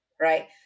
Right